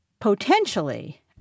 potentially